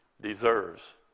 deserves